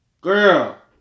Girl